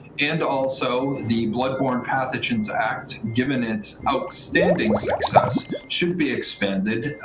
and also the bloodborne pathogens act, given its outstanding success, should be expanded.